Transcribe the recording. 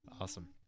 Awesome